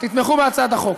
תתמכו בהצעת החוק.